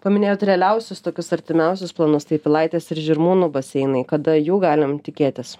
paminėjot realiausius tokius artimiausius planus tai pilaitės ir žirmūnų baseinai kada jų galim tikėtis